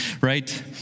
right